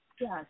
yes